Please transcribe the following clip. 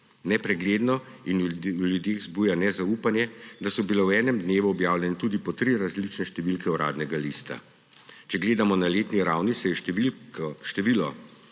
nepregledno. V ljudeh zbuja nezaupanje, da so bile v enem dnevu objavljene tudi po tri različne številke Uradnega lista. Če gledamo na letni ravni, se je število